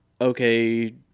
okay